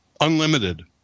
unlimited